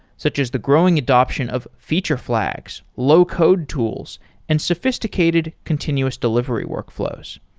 such as the growing adaption of feature flags, low code tools and sophisticated continuous delivery workflows.